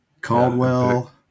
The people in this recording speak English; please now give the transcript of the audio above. Caldwell